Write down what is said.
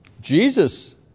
Jesus